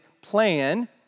plan